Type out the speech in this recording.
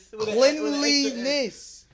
Cleanliness